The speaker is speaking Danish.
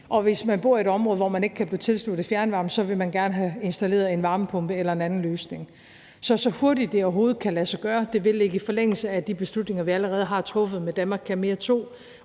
og hvis man bor i et område, hvor man ikke kan blive tilsluttet fjernvarme, så vil man gerne have installeret en varmepumpe eller få en anden løsning. Så det må ske, så hurtigt det overhovedet kan lade sig gøre. Det vil ligge i forlængelse af de beslutninger, vi allerede har truffet med »Danmark kan